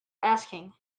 asking